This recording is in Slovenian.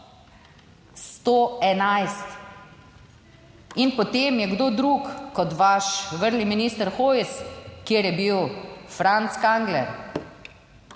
111. In potem je kdo drug kot vaš vrli minister Hojs, kjer je bil Franc Kangler,